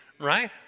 Right